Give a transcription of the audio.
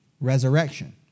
resurrection